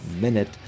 Minute